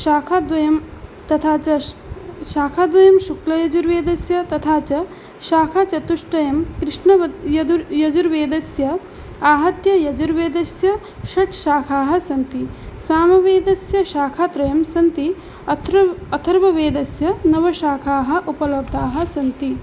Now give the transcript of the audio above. शाखाद्वयं तथा च श् शाखाद्वयं शुक्लयजुर्वेदस्य तथा च शाखाचतुष्टयं कृष्णव यजुर् यजुर्वेदस्य आहत्य यजुर्वेदस्य षट् शाखाः सन्ति सामवेदस्य शाखात्रयं सन्ति अथृ अथर्ववेदस्य नव शाखाः उपलब्धाः सन्ति